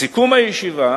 בסיכום הישיבה